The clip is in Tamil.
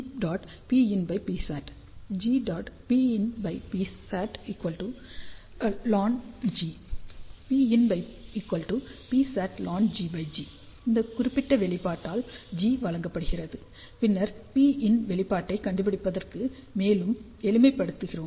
PinPsatln G PinPsat lnGG இந்த குறிப்பிட்ட வெளிப்பாட்டால் G வழங்கப்படுகிறது பின்னர் Pin வெளிப்பாட்டைக் கண்டுபிடிப்பதற்கு மேலும் எளிமைப்படுத்துகிறோம்